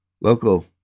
Local